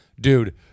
dude